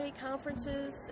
conferences